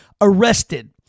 arrested